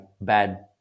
bad